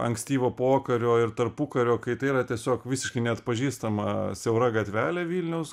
ankstyvo pokario ir tarpukario kai tai yra tiesiog visiškai neatpažįstama siaura gatvelė vilniaus